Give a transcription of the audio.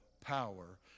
power